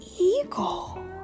eagle